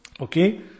Okay